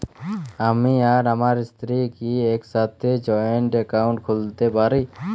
আমি আর আমার স্ত্রী কি একসাথে জয়েন্ট অ্যাকাউন্ট খুলতে পারি?